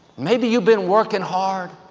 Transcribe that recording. maybe you've been working hard,